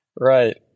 Right